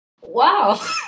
wow